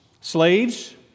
Slaves